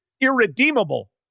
irredeemable